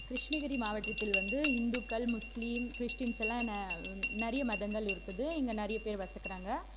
கிருஷ்ணகிரி மாவட்டத்தில் வந்து இந்துக்கள் முஸ்லீம் கிறிஸ்டீன்ஸெலாம் என நிறைய மதங்கள் இருக்குது இங்கே நிறையப் பேர் வசிக்கிறாங்க